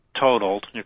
totaled